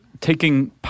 taking